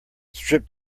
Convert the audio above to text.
strip